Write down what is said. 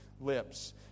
lips